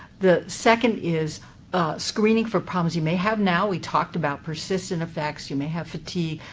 the second is screening for problems you may have now. we talked about persistent effects. you may have fatigue,